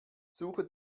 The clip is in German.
suche